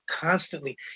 constantly